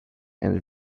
and